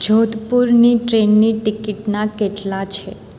જોધપુરની ટ્રેનની ટિકિટના કેટલા છે